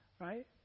right